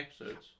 episodes